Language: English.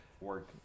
work